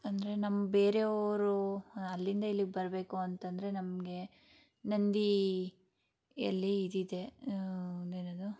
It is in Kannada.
ಅಂದರೆ ನಮ್ಮ ಬೇರೆ ಅವರು ಅಲ್ಲಿಂದ ಇಲ್ಲಿಗೆ ಬರಬೇಕು ಅಂತಂದರೆ ನಮಗೆ ನಂದಿಯಲ್ಲಿ ಇದು ಇದೆ ಅದು ಏನು ಅದು